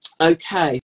Okay